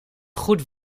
goed